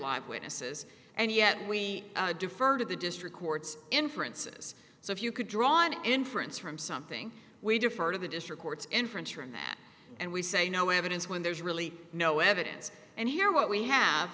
live witnesses and yet we defer to the district court's inferences so if you could draw an inference from something we defer to the district court's inference from that and we say no evidence when there's really no evidence and here what we have